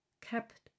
kept